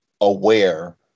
aware